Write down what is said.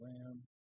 lamb